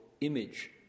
image